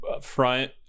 front